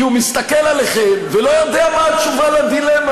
כי הוא מסתכל עליכם ולא יודע מה התשובה על הדילמה,